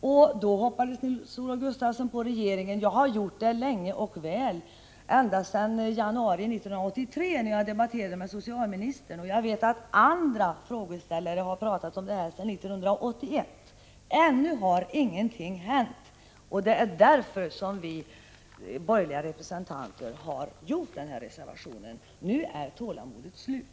Då hoppades Nils-Olof Gustafsson på regeringen. Det har jag gjort länge och väl, ända sedan januari 1983 när jag debatterade med socialministern. Jag vet att även andra frågeställare har tagit upp detta sedan 1981, men ännu har ingenting hänt. Det är därför som vi borgerliga representanter har fogat denna reservation till betänkandet. Nu är tålamodet slut!